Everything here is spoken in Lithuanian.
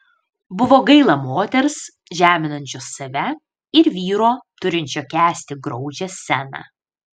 buvo gaila moters žeminančios save ir vyro turinčio kęsti graudžią sceną